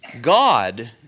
God